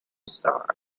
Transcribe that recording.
star